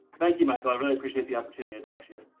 thank you, michael, i really appreciate the opportunity to talk to